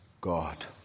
God